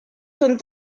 son